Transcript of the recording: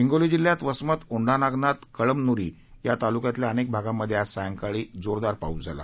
हिंगोली जिल्ह्यात वसमत औंढा नागनाथ कळमनुरी या तालुक्यातल्या अनेक भागांमध्ये आज सायंकाळी जोरदार झाला